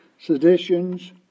seditions